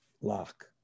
lock